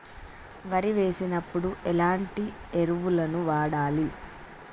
వరి వేసినప్పుడు ఎలాంటి ఎరువులను వాడాలి?